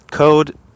Code